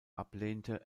ablehnte